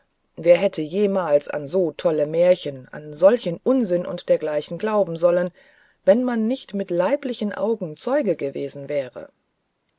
wer hätte jemals an so tolle märchen an solchen unsinn und dergleichen glauben sollen wenn man nicht mit leiblichen augen zeuge gewesen wäre